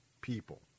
people